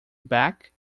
back